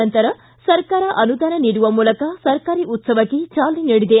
ನಂತರ ಸರ್ಕಾರ ಅನುದಾನ ನೀಡುವ ಮೂಲಕ ಸರಕಾರಿ ಉತ್ಲವಕ್ಕೆ ಚಾಲನೆ ನೀಡಿದೆ